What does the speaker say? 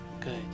good